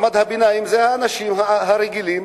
מעמד הביניים זה האנשים הרגילים,